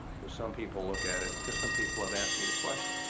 cause some people look at it, cause some people have asked me the question,